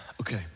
okay